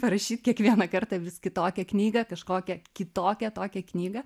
parašyt kiekvieną kartą vis kitokią knygą kažkokią kitokią tokią knygą